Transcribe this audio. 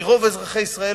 מרוב אזרחי ישראל,